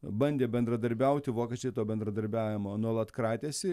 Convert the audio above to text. bandė bendradarbiauti vokiečiai to bendradarbiavimo nuolat kratėsi